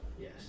Yes